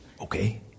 Okay